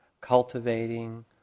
cultivating